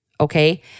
okay